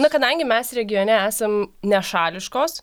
na kadangi mes regione esam nešališkos